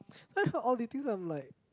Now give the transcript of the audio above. then I've heard all these things I'm like